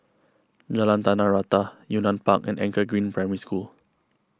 Jalan Tanah Rata Yunnan Park and Anchor Green Primary School